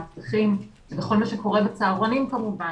מאבטחים וכל מה שקורה בצהרונים כמובן,